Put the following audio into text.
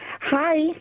Hi